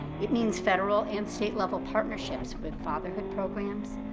it means federal and state level partnerships with fatherhood programs,